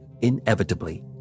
inevitably